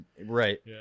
right